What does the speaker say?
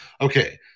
Okay